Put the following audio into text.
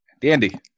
Dandy